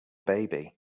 baby